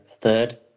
third